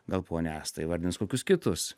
gal ponia asta įvardins kokius kitus